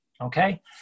okay